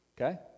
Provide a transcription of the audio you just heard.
Okay